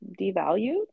devalued